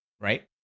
right